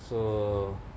so